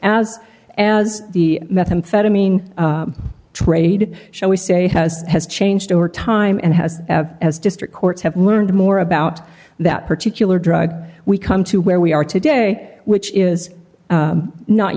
as as the methamphetamine trade shall we say has has changed over time and has as district courts have learned more about that particular drug we come to where we are today which is